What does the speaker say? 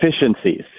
efficiencies